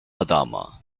adama